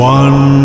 one